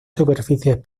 superficies